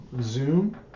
Zoom